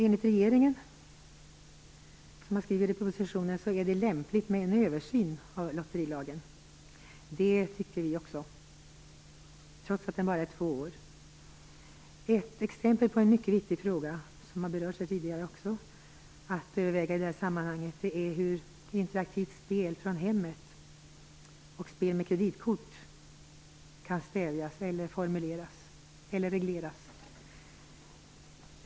Enligt regeringen är det lämpligt med en översyn av lotterilagen. Det tycker vi också, trots att lagen bara är två år. Ett exempel på en mycket viktig fråga i det sammanhanget, en fråga som också har berörts tidigare i debatten, är hur interaktivt spel från hemmet och spel med kreditkort kan stävjas eller regleras.